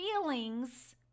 feelings